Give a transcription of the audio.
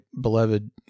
beloved